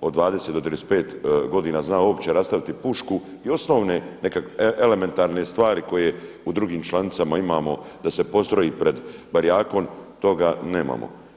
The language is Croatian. od 20 do 35 godina zna uopće rastaviti pušku i osnovne elementarne stvari koje u drugim članicama da se postroji pred barjakom toga nemamo.